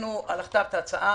העלינו את ההצעה.